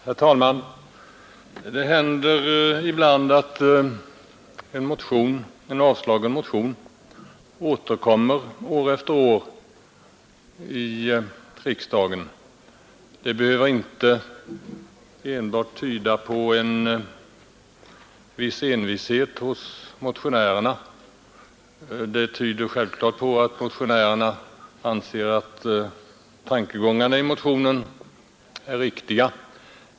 Herr talman! Det händer ibland att en avslagen motion återkommer år efter år i riksdagen. Det behöver inte enbart bero på envishet hos motionärerna, även om det självfallet tyder på att motionärerna anser att tankegångarna i motionen är riktiga.